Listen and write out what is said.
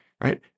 right